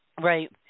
Right